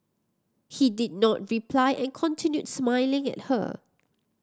he did not reply and continued smiling at her